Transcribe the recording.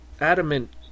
adamant